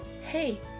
Hey